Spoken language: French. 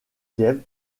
kiev